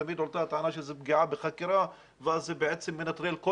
תמיד אותה הטענה שזה פגיעה בחקירה ואז זה בעצם מנטרל כל